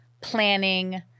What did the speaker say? planning